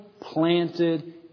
planted